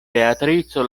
beatrico